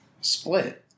split